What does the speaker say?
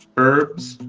herbs,